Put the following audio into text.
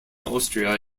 austria